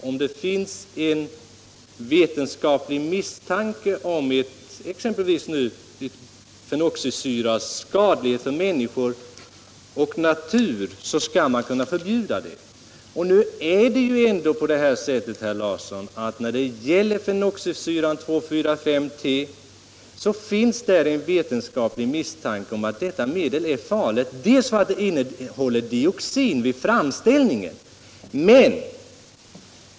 Om det finns en vetenskaplig misstanke att exempelvis fenoxisyror är skadliga för människor och natur så bör man kunna förbjuda ett sådant medel. Det finns faktiskt, herr Larsson, när det gäller fenoxisyran 2,4,5-T vetenskaplig misstanke att detta medel är farligt bl.a. på grund av dioxin vid framställningen.